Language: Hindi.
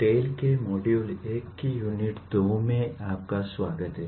टेल के मॉड्यूल 1 की यूनिट 2 में आपका स्वागत है